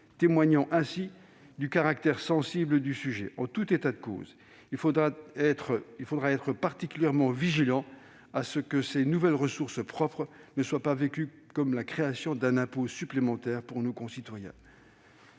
témoignant ainsi du caractère sensible du sujet. En tout état de cause, il faudra être particulièrement vigilant pour que ces nouvelles ressources propres ne soient pas vécues comme la création d'un impôt supplémentaire par nos concitoyens.